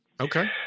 Okay